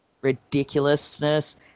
ridiculousness